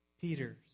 Peters